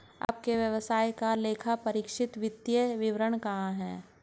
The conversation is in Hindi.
आपके व्यवसाय का लेखापरीक्षित वित्तीय विवरण कहाँ है?